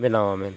ᱵᱮᱱᱟᱣᱟ ᱢᱮᱱᱛᱮ